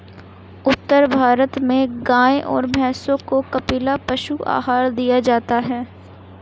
उत्तर भारत में गाय और भैंसों को कपिला पशु आहार दिया जाता है